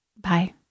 Bye